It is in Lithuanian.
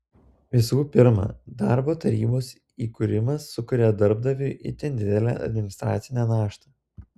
visų pirma darbo tarybos įkūrimas sukuria darbdaviui itin didelę administracinę naštą